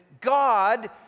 God